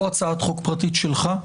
לא הצעת חוק פרטית שלך?